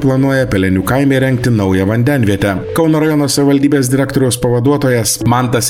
planuoja pelenių kaime įrengti naują vandenvietę kauno rajono savivaldybės direktoriaus pavaduotojas mantas